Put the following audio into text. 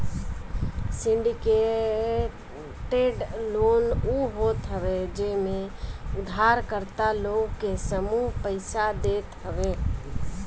syndicated loan उ होत हवे जेमे उधारकर्ता लोग के समूह पईसा देत हवे